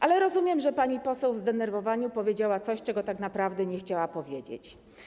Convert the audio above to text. Ale rozumiem, że pani poseł w zdenerwowaniu powiedziała coś, czego tak naprawdę nie chciała powiedzieć.